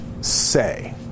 say